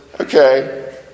okay